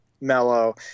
mellow